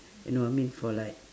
you know I mean for like